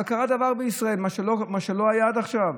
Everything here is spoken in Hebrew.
אבל קרה דבר בישראל, מה שלא היה עד עכשיו.